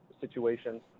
situations